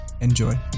Enjoy